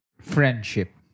friendship